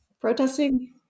protesting